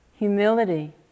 Humility